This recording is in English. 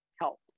help